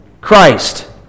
Christ